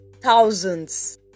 thousands